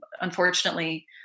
unfortunately